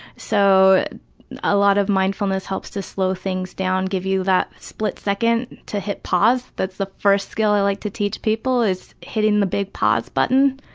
so a lot of mindfulness helps to slow things down. give you that split second to hit pause. that's the first skill i like to teach people is hitting the big pause button.